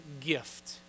gift